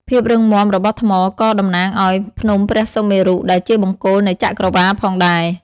ភាពរឹងមាំរបស់ថ្មក៏តំណាងឲ្យ ភ្នំព្រះសុមេរុ ដែលជាបង្គោលនៃចក្រវាឡផងដែរ។